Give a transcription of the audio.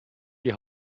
die